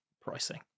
pricing